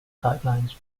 guidelines